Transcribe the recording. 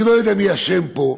אני לא יודע מי אשם פה.